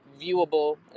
viewable